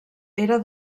era